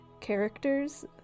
characters